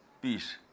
peace